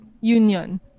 union